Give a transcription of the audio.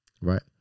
right